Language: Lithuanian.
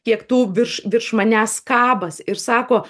kiek tų virš virš manęs kabas ir sako